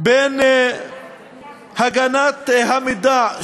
בין הגנה על המידע,